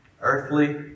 Earthly